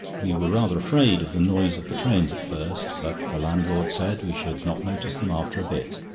we were rather afraid of the noise of the trains at first, but the landlord said we should not notice them after a bit,